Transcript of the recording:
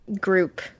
group